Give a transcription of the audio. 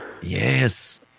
Yes